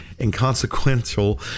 inconsequential